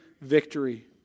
victory